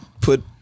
put